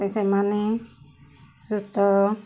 ସେମାନେ ସୁସ୍ଥ